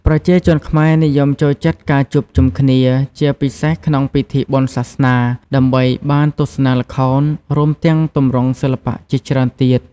ប្រជាជនខ្មែរនិយមចូលចិត្តការជួបជុំគ្នា ជាពិសេសក្នុងពិធីបុណ្យសាសនា ដើម្បីបានទស្សនាល្ខោន រួមទាំងទម្រង់សិល្បៈជាច្រើនទៀត។